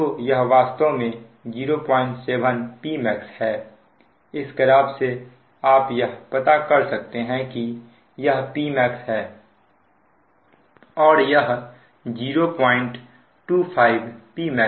तो यह वास्तव में 07 Pmax है इस ग्राफ से आप यह पता कर सकते हैं कि यह Pmaxहै यह 025 Pmax है और यह 07 Pmaxहै